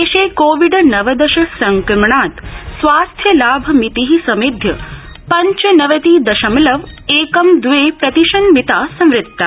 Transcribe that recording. देशे कोविड नवदश संक्रमणात स्वास्थ्य लाभ मिति समेध्य पंचनवति दशमलव एक दवे प्रतिशन्मिता संवृत्ता